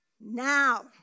now